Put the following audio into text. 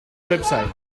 website